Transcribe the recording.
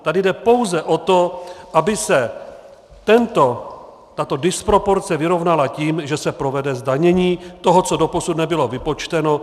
Tady jde pouze o to, aby se tato disproporce vyrovnala tím, že se provede zdanění toho, co doposud nebylo vypočteno.